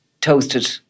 toasted